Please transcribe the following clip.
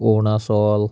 Arunachal